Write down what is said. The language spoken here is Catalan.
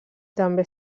també